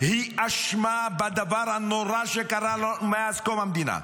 היא אשמה בדבר הנורא שקרה לנו מאז קום המדינה.